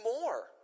more